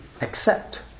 accept